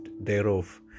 thereof